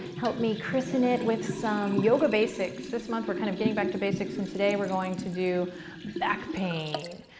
help me christen it with some yoga basics. this month we're kind of getting back to basics and today we're going to do back pain.